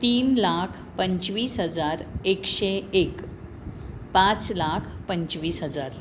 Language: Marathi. तीन लाख पंचवीस हजार एकशे एक पाच लाख पंचवीस हजार